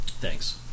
Thanks